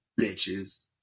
bitches